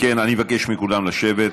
אם כן, אני מבקש מכולם לשבת.